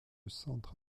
centre